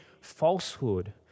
falsehood